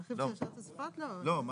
הלאה.